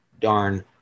darn